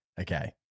Okay